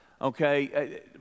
okay